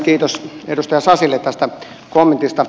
kiitos edustaja sasille tästä kommentista